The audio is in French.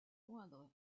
moindres